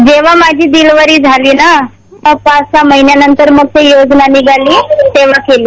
जेव्हा माझी डिलिवरी झाली तेव्हा पाच सहा महिन्यानंतर ही योजना निघाली तेव्हा केली